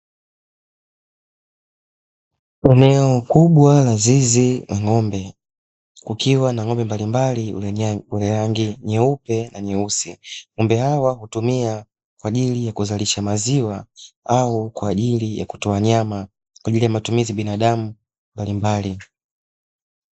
Eneo kubwa la zizi la ng'ombe, kukiwa na ng'ombe mbalimbali wenye rangi nyeupe na nyeusi. Ng'ombe hawa hutumiwa kwa ajili ya kuzalisha maziwa au kwa ajili ya kutoa nyama, kwa ajili ya matumizi ya binadamu mbalimbali.